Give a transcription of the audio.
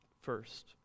first